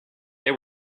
they